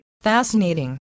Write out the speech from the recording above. Fascinating